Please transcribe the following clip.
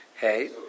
hey